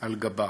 על גבה,